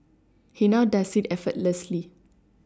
he now does it effortlessly